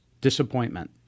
Disappointment